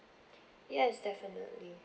yes definitely